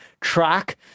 track